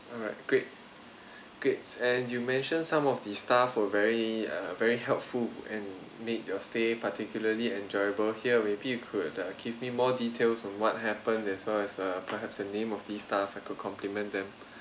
alright great great and you mentioned some of the staff were very err very helpful and made your stay particularly enjoyable here may be you could uh give me more details on what happened as well as err perhaps the name of the staff I could compliment them